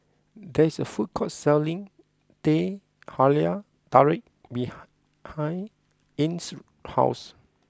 there is a food court selling Teh Halia Tarik behind Ines' house